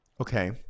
okay